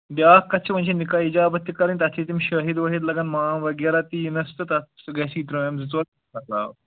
بیٛاکھ کَتھ چھِ وۄنۍ چھِ نِکاح یجابت تہِ کَرٕنۍ تَتھ چھِ تِم شٲہِد وٲہِد لگان مام وغیرہ تہِ یِنَس تہٕ تَتھ سُہ گژھِ ترٛٲمۍ زٕ ژور علاوٕ